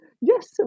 Yes